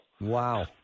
wow